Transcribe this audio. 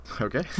Okay